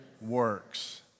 works